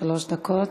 שלוש דקות.